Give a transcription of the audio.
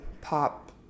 pop